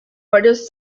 varios